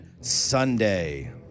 Sunday